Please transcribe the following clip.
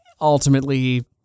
ultimately